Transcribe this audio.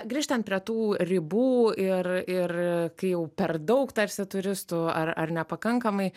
grįžtant prie tų ribų ir ir kai jau per daug tarsi turistų ar ar nepakankamai